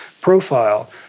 profile